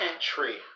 Tree